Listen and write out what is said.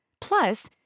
Plus